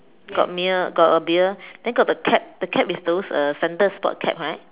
got beer got a beer then got the cap the cap is those uh centered sport cap right